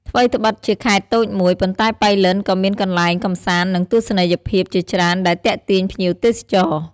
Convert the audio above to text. ថ្វីត្បិតជាខេត្តតូចមួយ ប៉ុន្តែប៉ៃលិនក៏មានកន្លែងកម្សាន្ត និងទស្សនីយភាពជាច្រើនដែលទាក់ទាញភ្ញៀវទេសចរ។